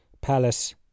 palace